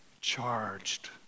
charged